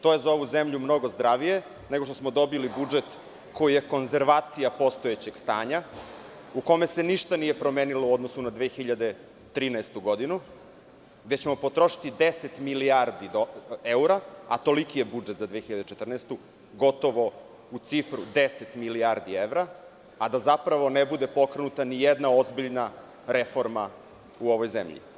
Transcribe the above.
To je za ovu zemlju mnogo zdravije, nego što smo dobili budžet koji je konzervacija postojećeg stanja u kome se ništa nije promenilo u odnosu na 2013. godinu, gde ćemo potrošiti 10 milijardi evra, a toliki je budžet za 2014. godinu, gotovo u cifru 10 milijardi evra, a da zapravo ne bude pokrenuta nijedna ozbiljna reforma u ovoj zemlji.